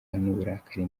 n’uburakari